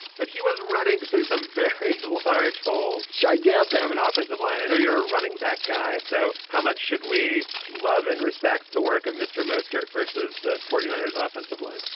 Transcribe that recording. but he was running through some very large holes. gigantic have an ah offensive line. i know you're a running back guy. so how much should we love and respect the work of mr. mostert versus the forty niners offensive line?